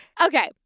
Okay